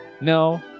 No